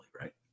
right